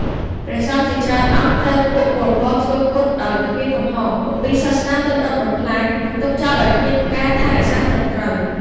ព្រះសង្ឃជា ច្រើនអង្គត្រូវពួក ប៉ុល ពត ធ្វើគតដោយគ្មានកំហុស គម្ពីរសាសនាត្រូវដុតបំផ្លាញ និង ទុកចោលដោយគ្មានការថែរក្សាត្រឹមត្រូវ ។